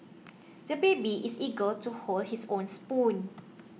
the baby is eager to hold his own spoon